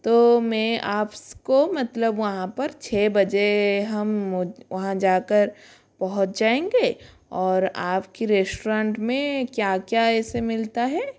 तो मैं आप को मतलब वहाँ पर छः बजे हम वहाँ जाकर पहुँच जाएंगे और आपके रेश्ट्रांट में क्या क्या ऐसे मिलता है